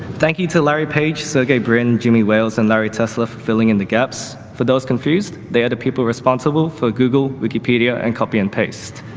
thank you to larry page, sergey brin, jimmy wales and larry tesler filling in the gaps. for those confused, they are the people responsible for google, wikipedia and copy and paste,